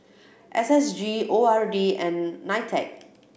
S S G O R D and NITEC